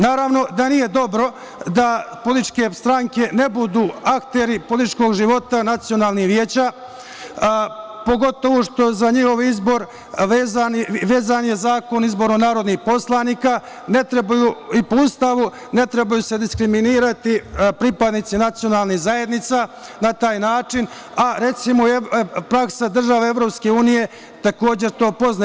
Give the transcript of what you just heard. Naravno da nije dobro da političke stranke ne budu akteri političkog života nacionalnih vijeća, pogotovo što za njihov izbor vezan je Zakon o izboru narodnih poslanika, i po Ustavu, ne trebaju se diskriminisati pripadnici nacionalnih zajednica na taj način, a recimo, praksa država EU takođe to poznaje.